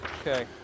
Okay